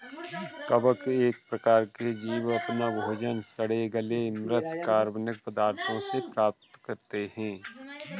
कवक एक प्रकार के जीव अपना भोजन सड़े गले म्रृत कार्बनिक पदार्थों से प्राप्त करते हैं